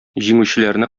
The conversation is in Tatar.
җиңүчеләрне